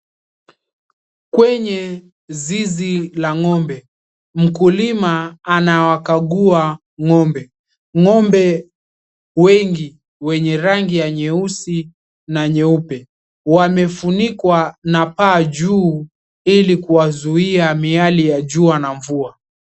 Kwenye zizi la ng'ombe mkulima anawakaguwa ng'ombe, ng'ombe wengi wenye rangi ya nyeusi na nyeupe wamefunikwa na paa juu ili kuwazuia miale ya jua na mvua.